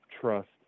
trust